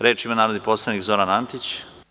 Reč ima narodni poslanik Zoran Antić.